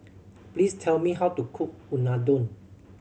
please tell me how to cook Unadon